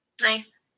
Nice